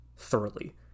thoroughly